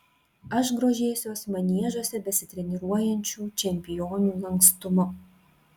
aš grožėsiuos maniežuose besitreniruojančių čempionių lankstumu